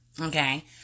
okay